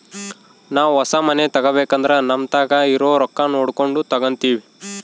ನಾವು ಹೊಸ ಮನೆ ತಗಬೇಕಂದ್ರ ನಮತಾಕ ಇರೊ ರೊಕ್ಕ ನೋಡಕೊಂಡು ತಗಂತಿವಿ